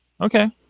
Okay